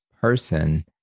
person